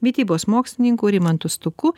mitybos mokslininku rimantu stuku